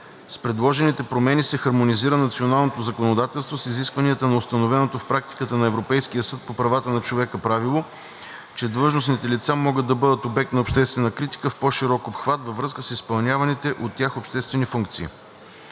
С предложените промени се хармонизира националното законодателство с изискванията на установеното в практиката на Европейски съд по правата на човека правило, че длъжностните лица могат да бъдат обект на обществена критика в по-широк обхват във връзка с изпълняваните от тях обществени функции.